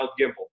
gimbal